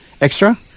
extra